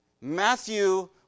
Matthew